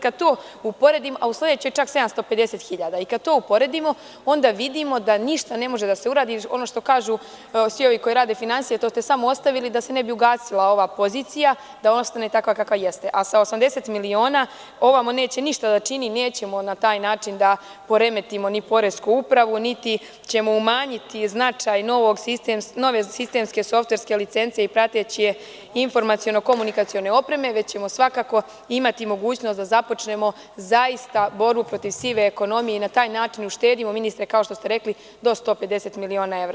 Kada to uporedimo, a u sledećoj 750.000 i kada to vidimo, onda vidimo da ništa ne može da se uradi, ono što kažu svi ovi koji rade finansije, to ste samo ostavili da se ne bi ugasila ova pozicija, da ostane takva kakva jeste, a sa 80.000.000 neće ništa da čini ovamo i nećemo na taj način da poremetimo ni Poresku upravu, niti ćemo umanjiti značaj nove sistemske softverske licence i prateće informaciono-komunikacione opreme, već ćemo svakako imati mogućnost da započnemo zaista borbu protiv sive ekonomije i na taj način uštedimo ministre, kao što ste rekli do 150.000.000 evra.